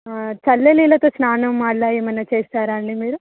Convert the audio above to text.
చల్లనీళ్ళతో స్నానం అలా ఏమన్న చేస్తారా అండి మీరు